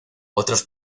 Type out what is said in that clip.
otros